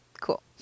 Cool